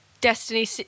Destiny